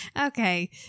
Okay